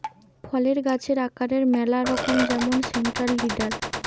ফলের গাছের আকারের ম্যালা রকম যেমন সেন্ট্রাল লিডার